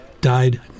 died